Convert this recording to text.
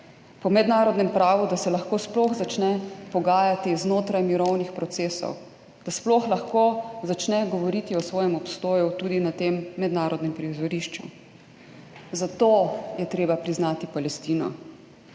po mednarodnem pravu, da se lahko sploh začne pogajati znotraj mirovnih procesov, da sploh lahko začne govoriti o svojem obstoju tudi na tem mednarodnem prizorišču. Zato je treba priznati Palestino,